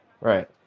Right